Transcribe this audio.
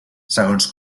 segons